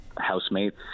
housemates